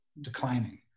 declining